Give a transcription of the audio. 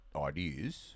ideas